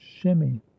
shimmy